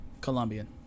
Colombian